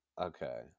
Okay